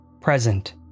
Present